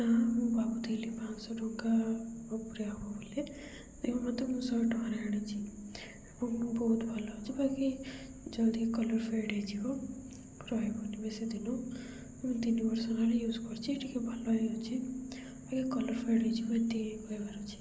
ନା ମୁଁ ଭାବୁଥିଲି ପାଞ୍ଚଶହ ଟଙ୍କା ଉପରେ ହବ ବୋଲି ତେଣୁ ମୋତେ ମୁଁ ଶହେ ଟଙ୍କାରେ ଆଣିଛି ଏବଂ ବହୁତ ଭଲ ଅଛିି ବାକି ଯଦି କଲର୍ ଫେଡ଼୍ ହେଇଯିବ ରହିବନି ବେଶୀ ଦିନ ମୁଁ ତିନି ବର୍ଷ ହେଲାଣି ୟୁଜ୍ କରୁଛି ଟିକେ ଭଲ ହେଇଯାଉଛି ବାକି କଲର୍ ଫେଡ଼୍ ହେଇଯିବ ଏତିକି କହିବାର ଅଛି